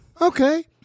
Okay